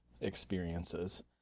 experiences